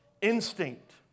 instinct